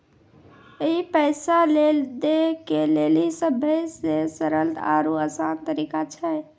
ई पैसा लै दै के लेली सभ्भे से सरल आरु असान तरिका छै